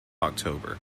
october